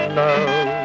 love